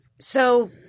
So-